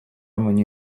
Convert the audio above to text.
мені